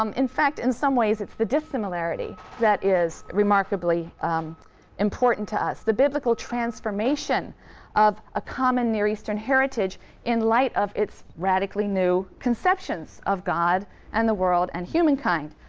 um in fact, in some ways it's the dissimilarity that is remarkably important to us, the biblical transformation of a common near eastern heritage in light of its radically new conceptions of god and the world and humankind.